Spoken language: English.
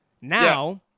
Now